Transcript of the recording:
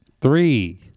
Three